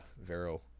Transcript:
Vero